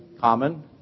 common